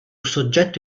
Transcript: soggetto